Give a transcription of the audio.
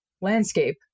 landscape